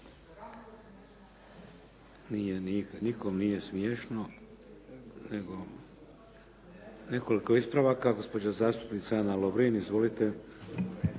Nikom nije smiješno. Nekoliko ispravaka, gospođa zastupnica Ana Lovrin. Izvolite.